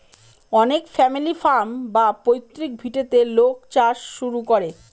অনেক family farm বা পৈতৃক ভিটেতে লোক চাষ শুরু করে